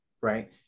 right